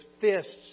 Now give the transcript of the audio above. fists